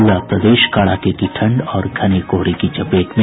पूरा प्रदेश कड़ाके की ठंड और घने कोहरे की चपेट में